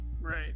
right